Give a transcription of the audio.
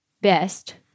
best